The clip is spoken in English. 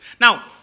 Now